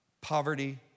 Poverty